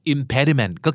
Impediment